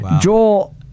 Joel